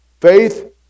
faith